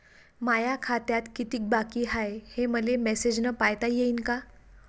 माया खात्यात कितीक बाकी हाय, हे मले मेसेजन पायता येईन का?